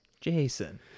Jason